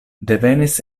devenis